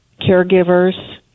caregivers